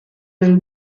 bill